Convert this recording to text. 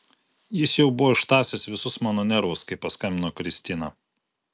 jis jau buvo ištąsęs visus mano nervus kai paskambino kristina